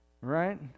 right